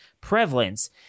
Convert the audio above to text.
prevalence